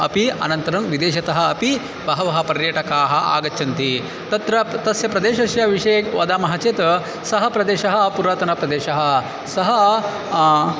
अपि अनन्तरं विदेशतः अपि बहवः पर्यटकाः आगच्छन्ति तत्र तस्य प्रदेशस्य विषये वदामः चेत् सः प्रदेशः पुरातनप्रदेशः सः